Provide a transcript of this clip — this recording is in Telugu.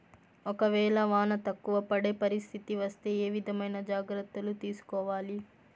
ఒక వేళ వాన తక్కువ పడే పరిస్థితి వస్తే ఏ విధమైన జాగ్రత్తలు తీసుకోవాలి?